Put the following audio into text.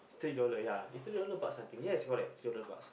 three dollar ya is three dollar bucks I think yes correct three dollar bucks